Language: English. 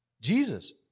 Jesus